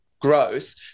growth